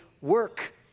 work